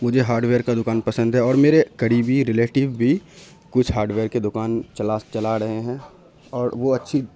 مجھے ہاڈویئر کا دوکان پسند ہے اور میرے قریبی ریلیٹیو بھی کچھ ہاڈویئر کے دوکان چلا چلا رہے ہیں اور وہ اچھی